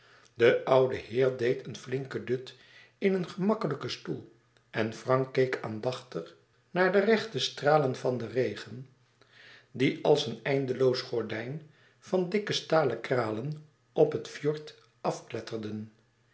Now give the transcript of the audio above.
de oude heer deed een flinken dut in een gemakkelijken stoel en frank keek aandachtig naar de rechte stralen van den regen die als een eindeloos gordijn van dikke stalen kralen op het fjord afkletterden